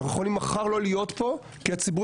אנחנו יכולים מחר לא להיות פה כי הציבור